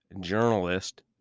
journalist